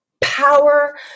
power